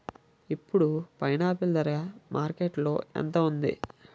ఇప్పుడు పైనాపిల్ ధర మార్కెట్లో ఎంత ఉంది?